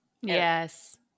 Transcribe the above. Yes